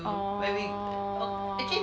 orh